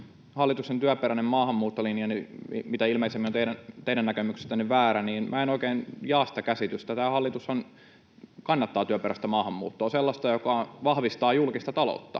hallituksen työperäinen maahanmuuttolinja mitä ilmeisimmin on teidän näkemyksestänne väärä, ja en oikein jaa sitä käsitystä. Tämä hallitushan kannattaa työperäistä maahanmuuttoa, sellaista, joka vahvistaa julkista taloutta.